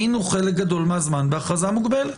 היינו חלק גדול מהזמן בהכרזה מוגבלת.